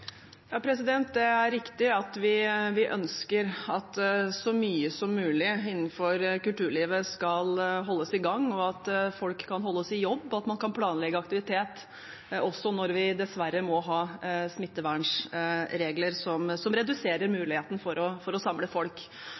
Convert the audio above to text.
Det er riktig at vi ønsker at så mye som mulig innenfor kulturlivet skal holdes i gang, og at folk kan holdes i jobb – at man kan planlegge aktivitet også når vi dessverre må ha smittevernregler som reduserer muligheten for å samle folk.